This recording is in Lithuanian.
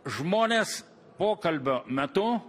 žmonės pokalbio metu